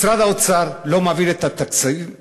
משרד האוצר לא מעביר את התקציבים,